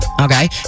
Okay